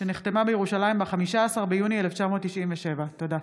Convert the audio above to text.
שנחתמה בירושלים ב-15 ביוני 1997. תודה.